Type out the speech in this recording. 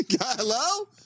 Hello